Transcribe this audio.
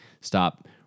stop